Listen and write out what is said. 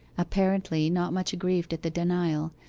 apparently not much aggrieved at the denial,